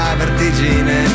vertigine